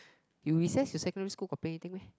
you recess you secondary school got play anything meh